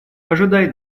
ожидает